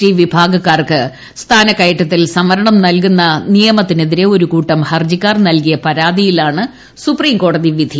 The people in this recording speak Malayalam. ടി വിഭാഗക്കാർക്ക് സ്ഥാനക്കയറ്റത്തിൽ സംവരണം നൽകുന്ന നിയമത്തിനെതിരെ ഒരുകൂട്ടം ഹർജിക്കാർ നൽകിയ പരാതിയിലാണ് സുപ്രീംകോടതി വിധി